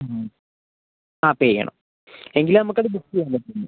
മ് ആ പേ ചെയ്യണം എങ്കിലേ നമുക്ക് അത് ബുക്ക് ചെയ്യാൻ പറ്റുള്ളൂ